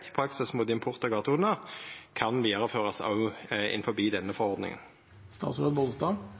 i praksis, mot import av gatehundar, kan vidareførast òg innanfor denne